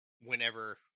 whenever